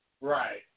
right